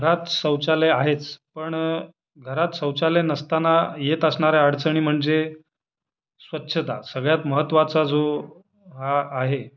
घरात शौचालय आहेच पण घरात शौचालय नसताना येत असणाऱ्या अडचणी म्हणजे स्वच्छता सगळ्यात महत्त्वाचा जो हा आहे